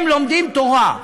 הם לומדים תורה.